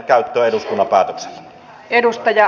arvoisa rouva puhemies